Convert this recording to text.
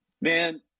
man